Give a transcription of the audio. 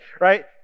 right